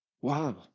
Wow